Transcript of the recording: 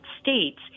States